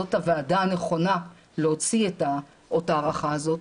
זאת הוועדה הנכונה להוציא את אות ההערכה הזה,